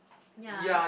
ya